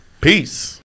Peace